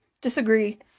Disagree